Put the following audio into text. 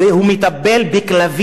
הוא מטפל בכלבים.